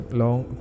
long